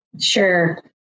Sure